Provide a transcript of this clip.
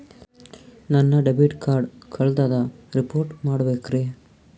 ನನ್ನ debit card ಕಳ್ದದ report ಮಾಡಬೇಕ್ರಿ